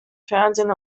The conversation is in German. fernsehen